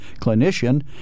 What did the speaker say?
clinician